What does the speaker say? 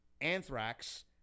anthrax